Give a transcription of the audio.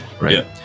right